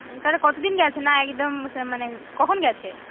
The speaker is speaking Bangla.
তাহলে কতদিন গেছে না একদম সে মানে কখন গেছে